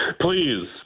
please